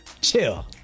Chill